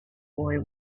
boy